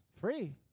free